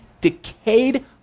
decayed